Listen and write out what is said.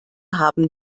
haben